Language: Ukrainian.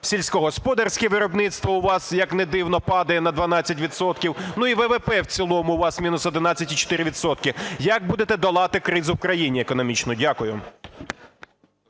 Сільськогосподарське виробництво у вас, як не дивно, падає на 12 відсотків. Ну і ВВП в цілому у вас мінус 11,4 відсотка. Як будете долати кризу в країні економічну? Дякую.